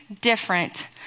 different